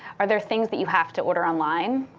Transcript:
are there things that you have to order online?